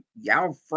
y'all